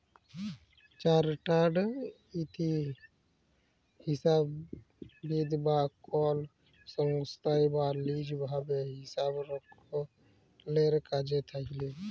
chartered হিসাববিদ রা কল সংস্থায় বা লিজ ভাবে হিসাবরক্ষলের কাজে থাক্যেল